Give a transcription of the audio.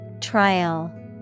Trial